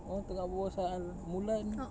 orang tengah berbual pasal mulan